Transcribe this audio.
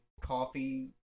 coffee